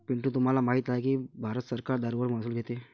पिंटू तुम्हाला माहित आहे की भारत सरकार दारूवर महसूल घेते